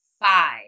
five